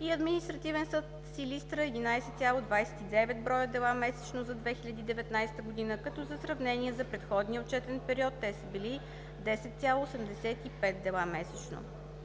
и Административен съд – Силистра: 11,29 дела месечно за 2019 г., като за сравнение – за предходния отчетен период те са били 10,85 дела месечно.